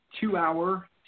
two-hour